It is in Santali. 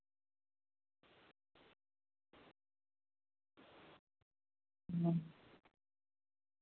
ᱦᱮᱸ